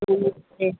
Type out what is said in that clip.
नमस्ते